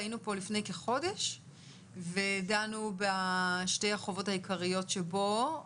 היינו פה לפני כחודש ודנו בשתי החובות העיקריות שבו,